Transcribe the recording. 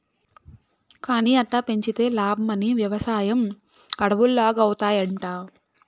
కానీ అట్టా పెంచితే లాబ్మని, వెవసాయం అడవుల్లాగౌతాయంట